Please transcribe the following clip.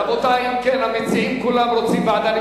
רבותי, אם כן, המציעים כולם רוצים ועדה.